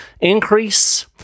increase